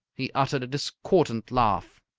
he uttered a discordant laugh.